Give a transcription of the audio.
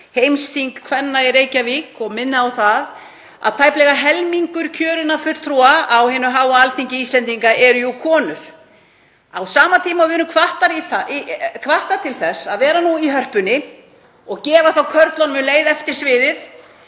heimsþing kvenna í Reykjavík. Ég minni á það að tæplega helmingur kjörinna fulltrúa á hinu háa Alþingi Íslendinga eru jú konur. Á sama tíma og við erum hvattar til þess að vera nú í Hörpunni og gefa þá körlunum um leið eftir sviðið